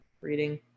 reading